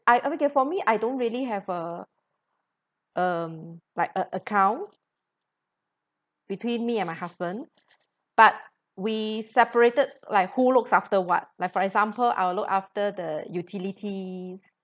I okay for me I don't really have a um like a account between me and my husband but we separated like who looks after what like for example I'll look after the utilities